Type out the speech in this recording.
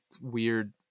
weird